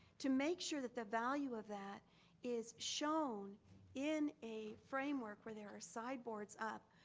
to make sure that the value of that is shown in a framework where there are sideboards up,